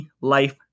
Life